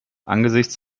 angesichts